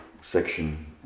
section